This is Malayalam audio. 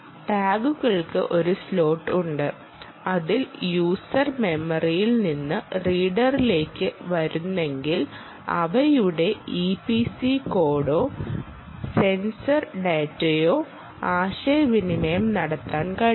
ടാഗുകൾക്ക് ഒരു സ്ലോട്ട് ഉണ്ട് അതിൽ യൂസർ മെമ്മറിയിൽ നിന്നും റീഡറിലേക്ക് വരുന്നെങ്കിൽ അവരുടെ ഇപിസി കോഡോ സെൻസർ ഡാറ്റയോ ആശയവിനിമയം നടത്താൻ കഴിയും